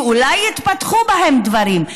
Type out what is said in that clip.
שאולי יתפתחו בהם דברים,